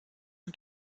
und